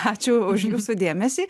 ačiū už jūsų dėmesį